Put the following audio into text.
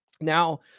Now